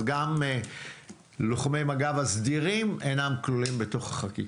אז גם לוחמי מג"ב הסדירים אינם כלולים בחקיקה.